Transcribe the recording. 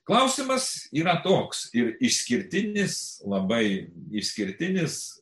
klausimas yra toks ir išskirtinis labai išskirtinis